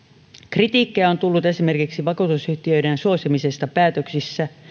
kritiikkiä on tullut esimerkiksi vakuutusyhtiöiden suosimisesta päätöksissä